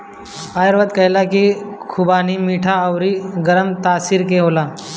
आयुर्वेद कहेला की खुबानी मीठा अउरी गरम तासीर के होला